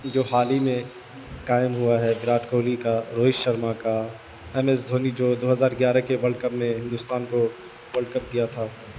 جو حال ہی میں قائم ہوا ہے وراٹ کوہلی کا روہت شرما کا ایم ایس دھونی جو دو ہزار گیارہ کے ورلڈ کپ میں ہندوستان کو ورلڈ کپ دیا تھا